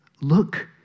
look